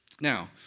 Now